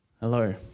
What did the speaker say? Hello